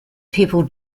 people